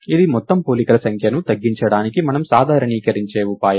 ఇది మొత్తం పోలికల సంఖ్యను తగ్గించడానికి మనము సాధారణీకరించే ఉపాయం